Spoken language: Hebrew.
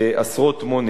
עשרות מונים.